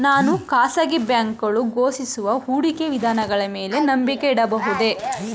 ನಾನು ಖಾಸಗಿ ಬ್ಯಾಂಕುಗಳು ಘೋಷಿಸುವ ಹೂಡಿಕೆ ವಿಧಾನಗಳ ಮೇಲೆ ನಂಬಿಕೆ ಇಡಬಹುದೇ?